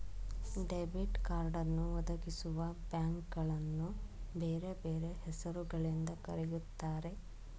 debit ಕಾರ್ಡನ್ನು ಒದಗಿಸುವಬ್ಯಾಂಕ್ಗಳನ್ನು ಬೇರೆ ಬೇರೆ ಹೆಸರು ಗಳಿಂದ ಕರೆಯುತ್ತಾರೆ